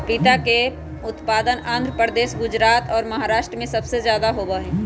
पपीता के उत्पादन आंध्र प्रदेश, गुजरात और महाराष्ट्र में सबसे ज्यादा होबा हई